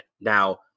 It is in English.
now